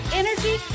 energy